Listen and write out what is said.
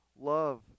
love